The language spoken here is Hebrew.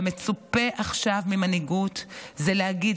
והמצופה עכשיו ממנהיגות זה להגיד,